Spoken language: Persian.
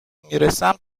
میرسم